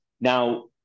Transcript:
Now